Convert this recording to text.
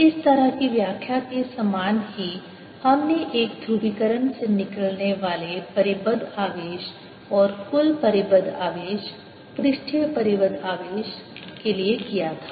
इस तरह की व्याख्या के समान ही हमने एक ध्रुवीकरण से निकलने वाले परिबद्ध आवेश और कुल परिबद्ध आवेश पृष्ठीय परिबद्ध आवेश के लिए किया था